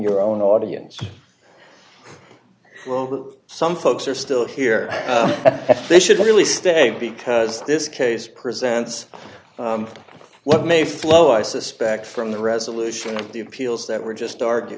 your own audience some folks are still here if they should really stay because this case presents what may flow i suspect from the resolution of the appeals that were just argue